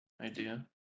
idea